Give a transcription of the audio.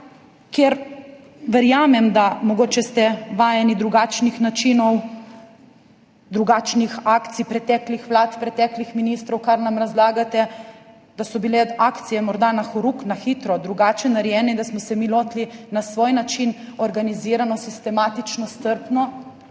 kjer verjamem, da ste mogoče vajeni drugačnih načinov, drugačnih akcij preteklih vlad, preteklih ministrov, ker nam razlagate, da so bile akcije morda na horuk, na hitro, drugače narejene, in smo se mi lotili na svoj način, organizirano, sistematično, strpno,